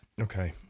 Okay